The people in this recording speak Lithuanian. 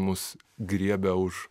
mus griebė už